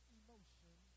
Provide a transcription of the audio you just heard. emotion